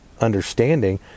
understanding